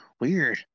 weird